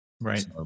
Right